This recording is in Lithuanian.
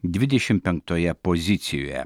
dvidešimt penktoje pozicijoje